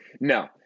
No